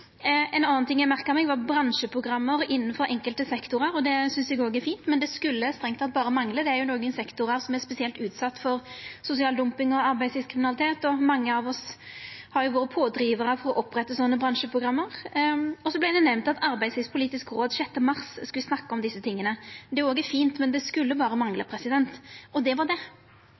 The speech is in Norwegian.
ein aukar kunnskapsgrunnlaget her. Ein annan ting eg merka meg, var bransjeprogram innanfor enkelte sektorar. Det synest eg òg er fint, men det skulle strengt tatt berre mangla. Det er nokre sektorar som er spesielt utsette for sosial dumping og arbeidslivskriminalitet, og mange av oss har vore pådrivarar for å oppretta slike bransjeprogram. Det vart også nemnt at Arbeidslivspolitisk råd den 6. mars skal snakka om desse tinga. Det òg er fint, men det skulle berre mangla. Og det var det